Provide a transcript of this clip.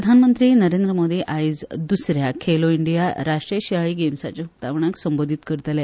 प्रधानमंत्री नरेंद्र मोदी आयज दसऱ्या खेलो इंडिया राष्ट्रीय शिंयाळी गोम्साच्या उक्तावणाक संबोधीत करतले